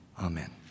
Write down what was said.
Amen